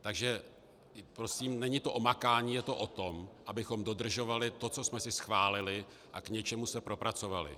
Takže prosím, není to o makání, je to o tom, abychom dodržovali to, co jsme si schválili, a k něčemu se propracovali.